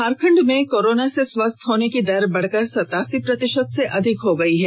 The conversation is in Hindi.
झारखंड में कोरोना से स्वस्थ होने की दर बढ़कर सतासी प्रतिशत से अधिक पहुंच चुकी है